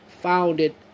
founded